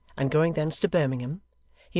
and going thence to birmingham,